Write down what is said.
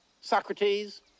Socrates